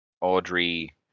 Audrey